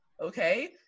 okay